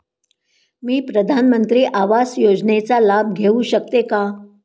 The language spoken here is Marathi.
मी प्रधानमंत्री आवास योजनेचा लाभ घेऊ शकते का?